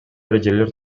эрежелер